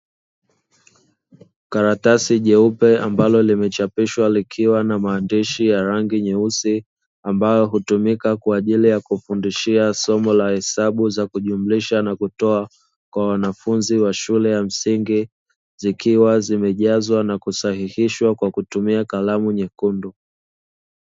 Karatasi jeupe ambalo limechapishwa, likiwa na maandishi ya rangi nyeusi ambayo hutumika kwa ajili ya kufundishia somo la hesabu za kujumlisha na kutoa kwa wanafunzi wa shule ya msingi, zikiwa zimejazwa na kusahihishwa kwa kutumia kalamu nyekundu.